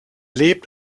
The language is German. lebt